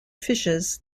fishes